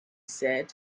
said